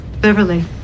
Beverly